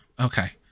Okay